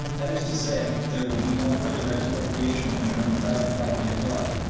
that is to say, there would be no further expropriation of german private property abroad,